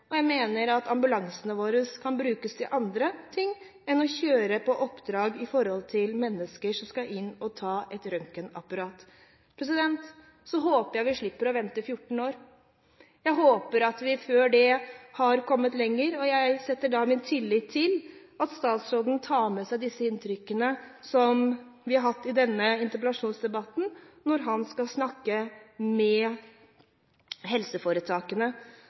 Jeg mener at ambulansene våre kan brukes til andre ting enn å kjøre på oppdrag med mennesker som skal inn og ta et røntgenbilde. Jeg håper at vi slipper å vente i 14 år. Jeg håper at vi før det har kommet lenger. Jeg har tillit til at statsråden tar med seg disse inntrykkene som vi har fått i denne interpellasjonsdebatten, når han skal snakke med helseforetakene.